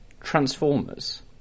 Transformers